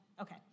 okay